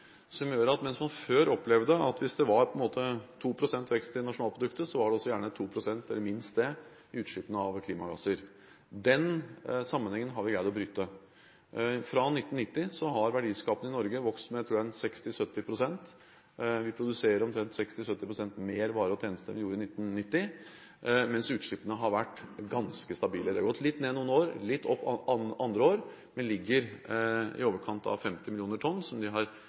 som gjør at mens man før opplevde at hvis det var 2 pst. vekst i nasjonalproduktet, var det gjerne minst 2 pst. utslipp av klimagasser. Den sammenhengen har vi greid å bryte. Fra 1990 har verdiskapingen i Norge vokst med, tror jeg, 60–70 pst. Vi produserer omtrent 60–70 pst. mer varer og tjenester enn det vi gjorde i 1990, mens utslippene har vært ganske stabile. Det har gått litt ned noen år og litt opp andre år, men det ligger i overkant av 50 mill. tonn, hvor det har